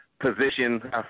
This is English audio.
position